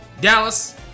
Dallas